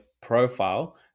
profile